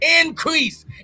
Increase